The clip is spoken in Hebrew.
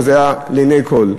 וזה היה לעיני כול.